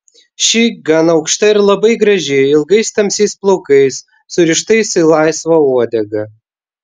ši gan aukšta ir labai graži ilgais tamsiais plaukais surištais į laisvą uodegą